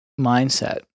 mindset